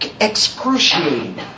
excruciating